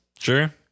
Sure